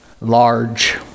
large